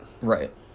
Right